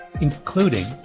including